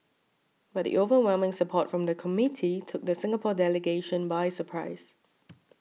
but the overwhelming support from the committee took the Singapore delegation by surprise